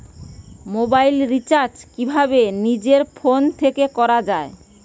Mobile recharge কিভাবে নিজের phone থেকে করা য়ায়?